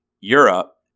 Europe